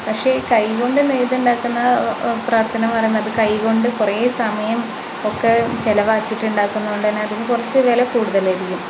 പക്ഷെ കൈകൊണ്ട് നെയ്തു ഉണ്ടാക്കുന്ന പ്രവർത്തനഭാരം അത് കൈകൊണ്ട് കുറേ സമയം ഒക്കെ ചിലവാക്കിയിട്ട് ഉണ്ടാക്കുന്നതു കൊണ്ടു തന്നെ അതും കുറച്ച് വില കൂടുതലായിരിക്കും